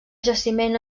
jaciment